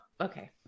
okay